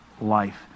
life